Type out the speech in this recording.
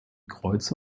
kreuze